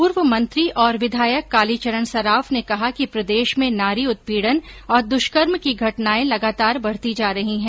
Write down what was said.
पूर्व मंत्री और विधायक कालीचरण सराफ ने कहा कि प्रदेश में नारी उत्पीड़न और दुष्कर्म की घटनाए लगातार बढ़ती जा रही है